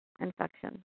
infection